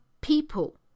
people